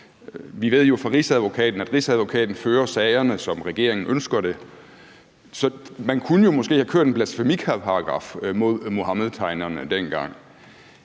vi ved jo fra Rigsadvokaten, at Rigsadvokaten fører sagerne, som regeringen ønsker det. Så man kunne jo måske have kørt en blasfemiparagraf mod Muhammedtegnerne dengang.